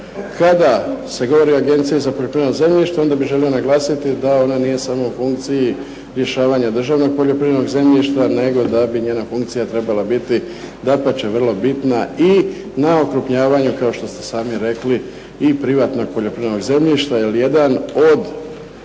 Kada se govori o Agenciji za poljoprivredno zemljište onda bih želio naglasiti da ona nije samo u funkciji rješavanja državnog poljoprivrednog zemljišta, nego da bi njena funkcija trebala biti dapače vrlo bitna. I na okrupnjavanju kao što ste sami rekli, i privatnog poljoprivrednog zemljišta jer jedan od